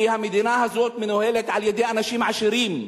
כי המדינה הזאת מנוהלת על-ידי אנשים עשירים,